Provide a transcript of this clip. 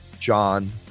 John